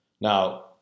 Now